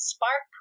Spark